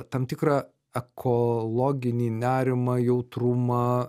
tam tikrą ekologinį nerimą jautrumą